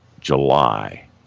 July